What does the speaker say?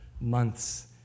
months